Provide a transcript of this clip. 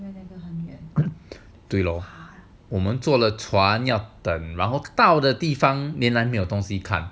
对咯我们做了船要等然后到的地方原来没有东西看